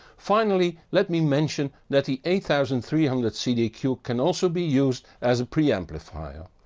finally, let me mention that the eight thousand three hundred cdq yeah can also be used as preamplifier.